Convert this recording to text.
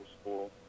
school